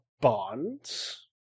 bonds